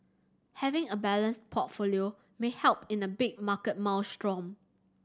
having a balanced portfolio may help in a big market maelstrom